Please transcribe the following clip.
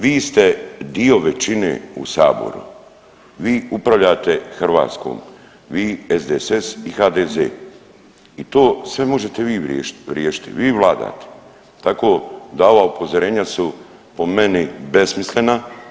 Vi ste dio većine u Saboru, vi upravljate Hrvatskom, vi SDSS i HDZ i to sve možete vi riješiti, vi vladate tako da ova upozorenja su po meni besmislena.